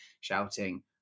shouting